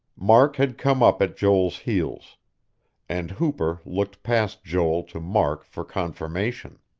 mark had come up at joel's heels and hooper looked past joel to mark for confirmation.